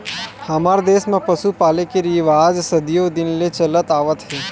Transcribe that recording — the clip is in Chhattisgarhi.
हमर देस म पसु पाले के रिवाज सदियो दिन ले चलत आवत हे